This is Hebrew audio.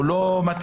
הוא לא מתאים.